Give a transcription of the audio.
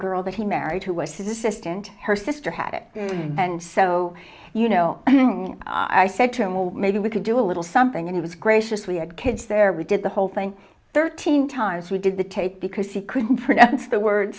girl that he married her wishes assistant her sister had it and so you know i said to him well maybe we could do a little something and it was graciously a kids there we did the whole thing thirteen times we did the tape because she couldn't pronounce the word